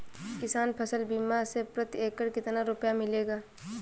किसान फसल बीमा से प्रति एकड़ कितना रुपया मिलेगा?